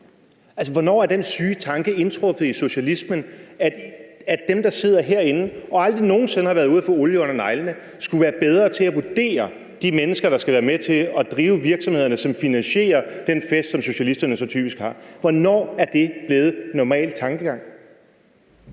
hvornår er den syge tanke indtruffet i socialismen, at dem, der sidder herinde og aldrig nogen sinde har været ude at få olie under neglene, skulle være bedre til at vurdere de mennesker, der skal være med til at drive virksomhederne, som finansierer den fest, som socialisterne så typisk har. Hvornår det er blevet en normal tankegang?